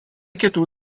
kitų